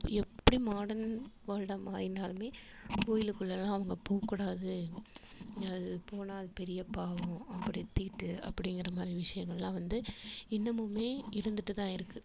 எப்படி மாடர்ன் வேர்ல்டாக மாறினாலுமே கோயிலுக்குள்ளேலாம் அவங்க போகக்கூடாது அது போனால் அது பெரிய பாவம் அப்படி தீட்டு அப்படிங்கிற மாதிரி விஷயங்களெலாம் வந்து இன்னமுமே இருந்துகிட்டு தான் இருக்குது